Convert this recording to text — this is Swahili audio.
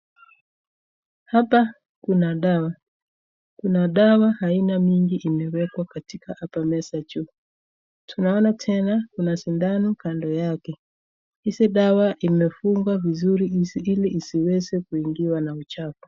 Hapa kuna dawa, kuna dawa aina mingi imewekwa katika hapa meza juu. Tunaona tena kuna sindano kando yake. Hizi dawa imefungwa vizuri ili isiweze kuingiwa na uchafu